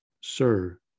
sir